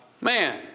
Man